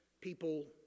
People